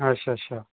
अच्छा अच्छा